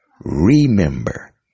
remember